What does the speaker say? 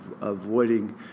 avoiding